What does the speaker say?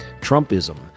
Trumpism